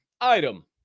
item